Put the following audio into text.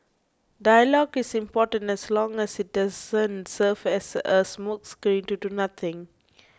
dialogue is important as long as it doesn't serve as a smokescreen to do nothing